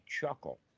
chuckle